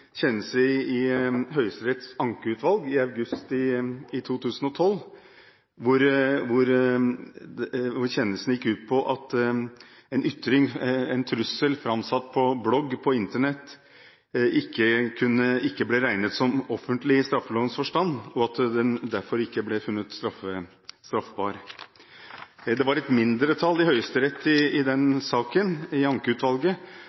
i Høyesteretts ankeutvalg i august 2012, hvor kjennelsen gikk ut på at en trussel framsatt i blogg på Internett ikke ble regnet som «offentlig» i straffelovens forstand, og at den derfor ikke ble funnet å være straffbar. Det var et mindretall i Høyesteretts ankeutvalg i den saken som uttrykte at den gamle definisjonen i